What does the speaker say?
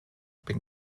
been